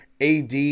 AD